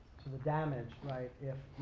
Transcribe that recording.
the damage, right, if